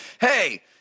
hey